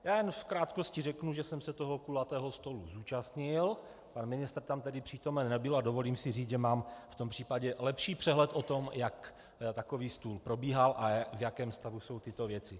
Já jen v krátkosti řeknu, že jsem se toho kulatého stolu zúčastnil, pan ministr tam tedy přítomen nebyl, a dovolím si říci, že mám v tom případě lepší přehled o tom, jak takový stůl probíhal a v jakém stavu jsou tyto věci.